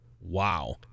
Wow